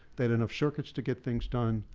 they had enough circuits to get things done,